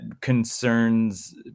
concerns